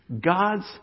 God's